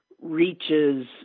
reaches